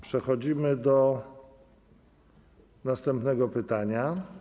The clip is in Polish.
Przechodzimy do następnego pytania.